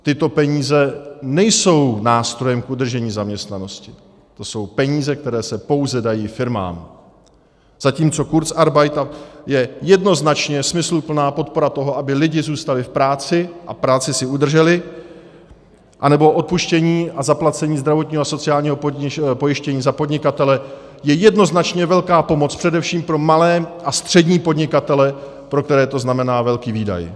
Tyto peníze nejsou nástrojem k udržení zaměstnanosti, to jsou peníze, které se pouze dají firmám, zatímco kurzarbeit je jednoznačně smysluplná podpora toho, aby lidi zůstali v práci a práci si udrželi, anebo odpuštění a zaplacení zdravotního a sociálního pojištění za podnikatele je jednoznačně velká pomoc především pro malé a střední podnikatele, pro které to znamená velký výdaj.